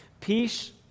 Peace